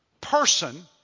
person